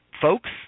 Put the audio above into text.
folks